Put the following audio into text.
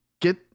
get